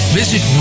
visit